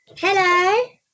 Hello